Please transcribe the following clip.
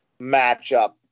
matchup